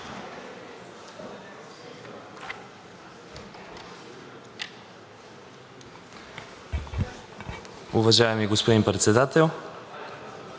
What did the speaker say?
Уважаеми господин Председател,